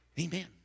Amen